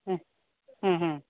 ಹ್ಞೂ ಹ್ಞೂ ಹ್ಞೂ